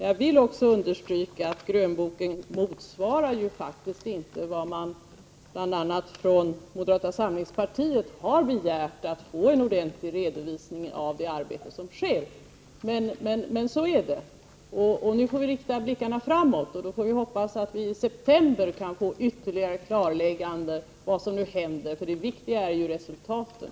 Jag vill också understryka att den ”gröna vitboken” faktiskt inte motsvarar vad bl.a. moderata samlingspartiet har begärt, nämligen att få en ordentlig redovisning av det arbete som sker. Men så är det. Nu får vi rikta blickarna framåt och hoppas att vi i september kan få ytterligare klarlägganden om vad som händer. Det viktiga är ju resultaten.